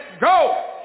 go